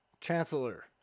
chancellor